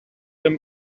them